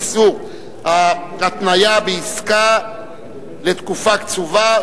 איסור התניה בעסקה לתקופה קצובה),